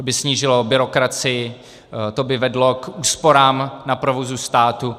To by snížilo byrokracii, to by vedlo k úsporám na provozu státu.